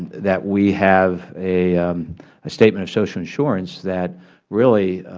that we have a ah statement of social insurance that really,